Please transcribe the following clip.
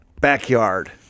backyard